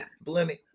blooming